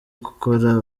gukora